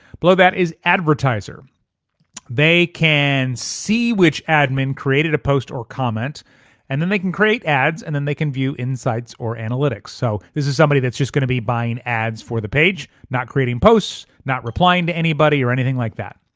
below that is advertiser they can see which admin created a post or comment and then they can create ads and then they can view insights or analytics. so this is somebody that's just gonna be buying ads for the page, not creating posts, not replying to anybody or anything like that.